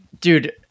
dude